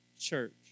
church